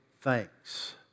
thanks